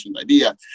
idea